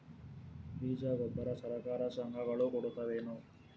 ಬೀಜ ಗೊಬ್ಬರ ಸರಕಾರ, ಸಂಘ ಗಳು ಕೊಡುತಾವೇನು?